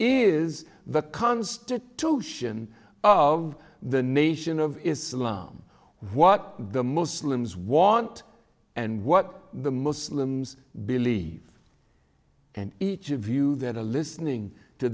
is the constitution of the nation of islam what the muslims want and what the muslims believe and each of you that are listening to